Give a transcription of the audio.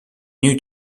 new